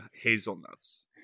hazelnuts